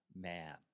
man